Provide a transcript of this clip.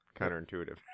counterintuitive